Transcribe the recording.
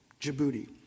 Djibouti